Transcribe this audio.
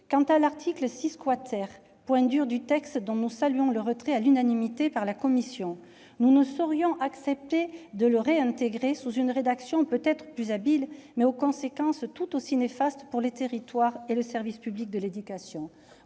Quant à l'article 6 , point dur du texte, dont nous saluons le retrait à l'unanimité par la commission, nous ne saurions accepter de le réintégrer sous une rédaction peut-être plus habile, mais aux conséquences tout aussi néfastes pour les territoires et le service public de l'éducation.